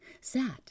sat